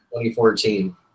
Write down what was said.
2014